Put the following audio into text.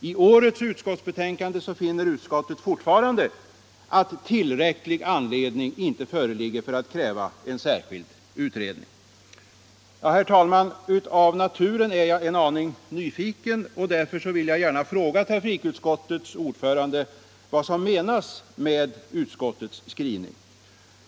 I årets betänkande finner utskottet fortfarande att tillräcklig anledning inte föreligger för att kräva en särskild utredning. Herr talman! Av naturen är jag en aning nyfiken. Jag vill därför gärna fråga trafikutskottets ordförande vad som menas med utskottets skrivning.